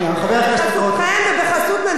בחסותכם ובחסות ממשלת נתניהו,